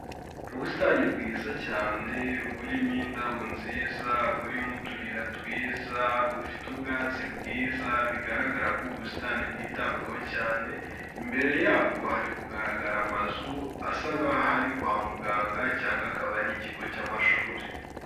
Ubusitani bwiza cyane burimo indabo nziza, burimo utuyira twiza, bufite ubwatsi bwiza, bigaragara ko ubu busitani bwitabwaho cyane, imbere yabwo hari kugaragara amazu asa nk'aho ari kwa muganga cyangwa akaba ari ikigo cy'amashuri.